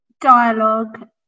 dialogue